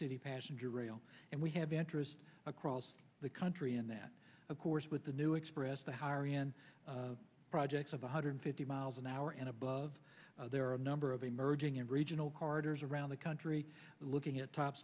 city passenger rail and we have interest across the country in that of course with the new express the higher end projects of one hundred fifty miles an hour and above there are a number of emerging and regional carders around the country looking at top